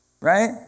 Right